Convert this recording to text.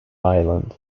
island